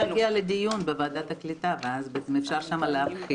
את מוזמנת להגיע לדיון בוועדת הקליטה ואפשר שם להרחיב.